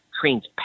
trains